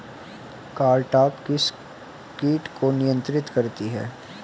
Cartap किस किट को नियंत्रित करती है?